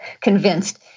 convinced